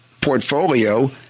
portfolio